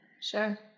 Sure